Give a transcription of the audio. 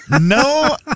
No